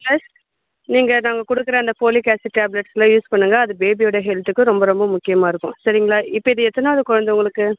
plus நீங்கள் நாங்கள் கொடுக்குற அந்த போலிக் ஆஸிட் டேப்லெட்ஸ்லாம் யூஸ் பண்ணுங்கள் அது பேபியோடய ஹெல்த்துக்கும் ரொம்ப ரொம்ப முக்கியமாக இருக்கும் சரிங்களா இப்போ இது எத்தனாயாவது குலந்த உங்களுக்கு